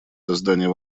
создания